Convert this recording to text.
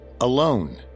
alone